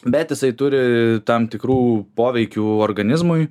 bet jisai turi tam tikrų poveikių organizmui